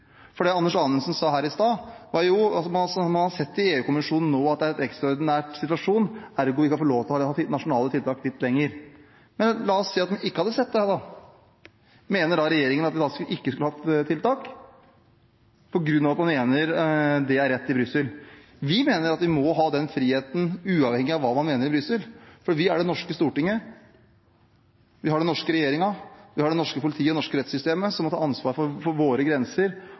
Brussel. Det Anders Anundsen sa her i stad, var at man i EU-kommisjonen nå har sett at det er en ekstraordinær situasjon, ergo kan vi få lov til å ha nasjonale tiltak litt lenger. Men la oss si at man ikke hadde sett det da. Mener regjeringen at vi da ikke skulle hatt tiltak på grunn av at man mener det er rett i Brussel? Vi mener at vi må ha den friheten, uavhengig av hva man mener i Brussel, for vi er Det norske storting, vi har den norske regjeringen, vi har det norske politiet og det norske rettssystemet – vi må ta ansvar for våre grenser